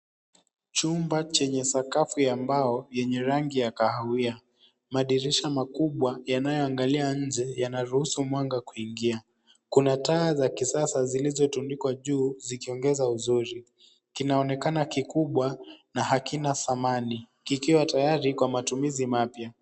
Chumba chenye sakafu ya mbao yenye rangi ya kahawia. Madirisha makubwa yanayoangalia nje yanaruhusu mwanga kuingia. Kuna taa za kisasa zilizotundikwa juu zikiongeza uzuri. Kinaonekana kikubwa na hakina samani, kikiwa tayari kwa matumizi mapya.